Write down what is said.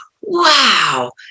wow